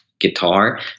Guitar